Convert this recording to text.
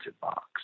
box